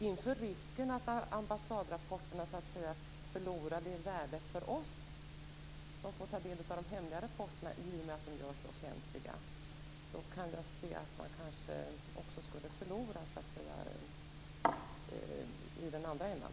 Inför risken att ambassadrapporterna skulle förlora i värde för oss som får ta del av de hemliga rapporterna om de görs offentliga, vill jag säga att man kanske också skulle förlora i den andra änden.